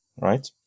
Right